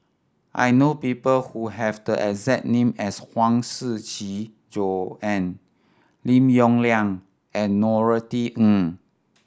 I know people who have the exact name as Huang Shiqi Joan Lim Yong Liang and Norothy Ng